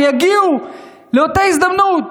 שיגיעו לאותה הזדמנות,